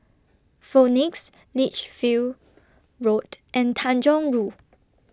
Phoenix Lichfield Road and Tanjong Rhu